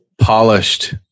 polished